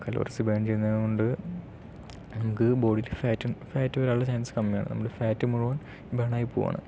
calories burn ചെയ്യുന്നത് കൊണ്ട് നമുക്ക് ബോഡിക്ക് ഫാറ്റും ഫാറ്റ് വരാനുള്ള ചാൻസ് കമ്മി ആണ് ഫാറ്റ് മുഴുവൻ ബേൺ ആയി പോവുകയാണ്